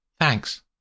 Thanks